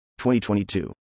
2022